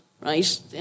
right